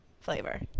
flavor